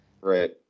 Right